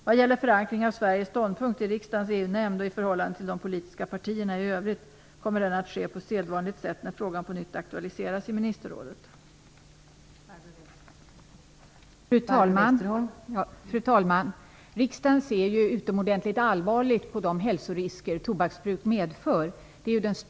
Vad gäller förankring av Sveriges ståndpunkt i riksdagens EU-nämnd och i förhållande till de politiska partierna i övrigt kommer den att ske på sedvanligt sätt när frågan på nytt aktualiseras i ministerrådet.